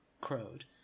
crowed